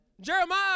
Jeremiah